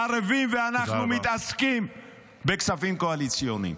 חרבים ואנחנו מתעסקים בכספים קואליציוניים.